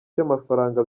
cy’amafaranga